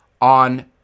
on